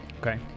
Okay